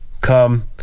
come